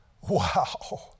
Wow